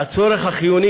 הצורך החיוני,